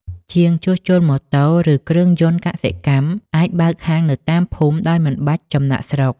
ជាងជួសជុលម៉ូតូ ឬគ្រឿងយន្តកសិកម្ម អាចបើកហាងនៅតាមភូមិដោយមិនបាច់ចំណាកស្រុក។